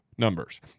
numbers